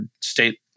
state